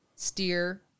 steer